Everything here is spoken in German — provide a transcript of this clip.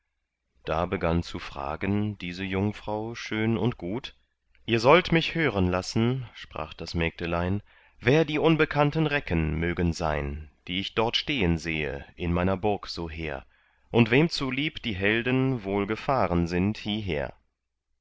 da begann zu fragen diese jungfrau schön und gut ihr sollt mich hören lassen sprach das mägdelein wer die unbekannten recken mögen sein die ich dort stehen sehe in meiner burg so hehr und wem zulieb die helden wohl gefahren sind hieher